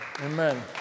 Amen